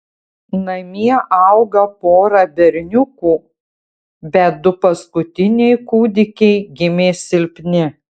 namie auga pora berniukų bet du paskutiniai kūdikiai gimė silpni